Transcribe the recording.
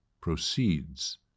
proceeds